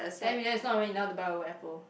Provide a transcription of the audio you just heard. ten million is not even enough to buy own apple